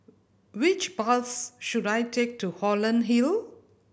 which bus should I take to Holland Hill